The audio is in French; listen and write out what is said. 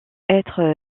être